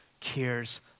cares